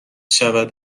شود